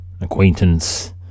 acquaintance